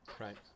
Right